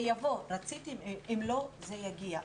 זה יבוא, אם לא, זה יגיע.